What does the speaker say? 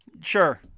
sure